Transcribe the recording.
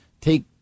take